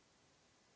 Hvala.